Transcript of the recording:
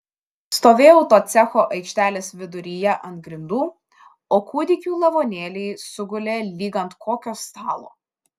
stovėjau to cecho aikštelės viduryje ant grindų o kūdikių lavonėliai sugulė lyg ant kokio stalo